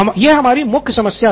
यही हमारी मुख्य समस्या थी